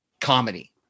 comedy